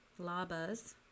LABAs